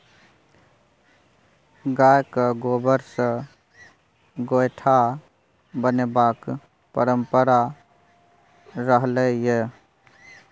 गायक गोबर सँ गोयठा बनेबाक परंपरा रहलै यै